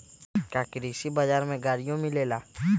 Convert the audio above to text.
का कृषि बजार में गड़ियो मिलेला?